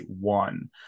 one